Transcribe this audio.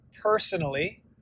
personally